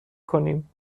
کنیم